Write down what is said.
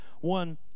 One